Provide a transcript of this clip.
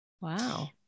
wow